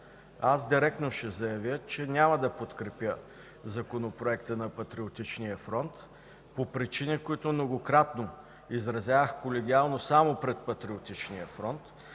аз директно ще заявя, че няма да подкрепя Законопроекта на Патриотичния фронт по причини, които изразявах колегиално само пред Патриотичния фронт.